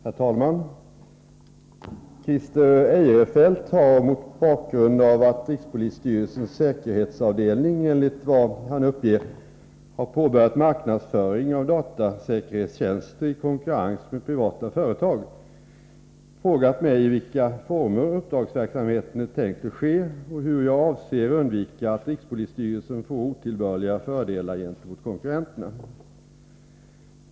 Herr talman! Christer Eirefelt har, mot bakgrund av att rikspolisstyrelsens säkerhetsavdelning enligt vad han uppger har påbörjat marknadsföring av datasäkerhetstjänster i konkurrens med privata företag, frågat mig i vilka former uppdragsverksamheten är tänkt att ske och hur jag avser undvika att rikspolisstyrelsen får otillbörliga fördelar gentemot konkurrenterna.